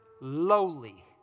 lowly